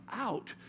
out